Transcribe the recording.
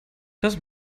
das